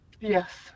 Yes